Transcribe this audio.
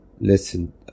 listen